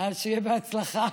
אז שיהיה בהצלחה.